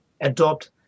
adopt